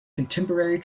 contemporary